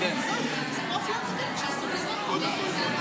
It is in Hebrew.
כבוד השר בצלאל סמוטריץ'.